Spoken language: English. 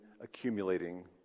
accumulating